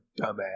dumbass